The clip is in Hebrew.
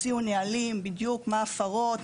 הוציאו נהלים בדיוק מהן ההפרות,